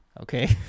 Okay